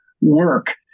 work